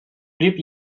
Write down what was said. blieb